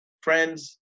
Friends